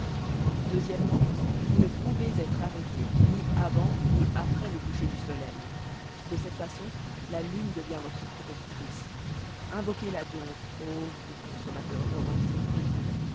o vous ne pouvez être arrêté ni avant ni après le coucher du soleil de cette façon la lune devient votre protectrice invoquez la donc ô vous consommateurs romantiques